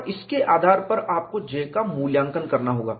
और इसके आधार पर आपको J का मूल्यांकन करना होगा